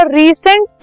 recent